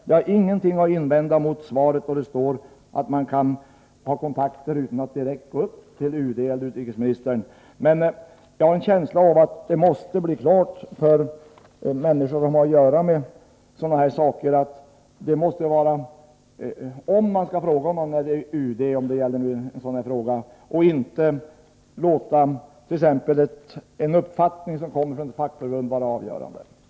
Jag har inget att invända mot att det står att man kan ha kontakter utan att direkt gå upp till UD eller utrikesministern. Men jag har en känsla av att det måste bli klart för människor som har att göra med sådana här saker, att om man skall fråga någon till råds är det UD man skall vända sig till när det gäller en sådan här fråga. Man kan inte låta en uppfattning som kommer från ett fackförbund vara avgörande.